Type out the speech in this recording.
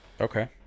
Okay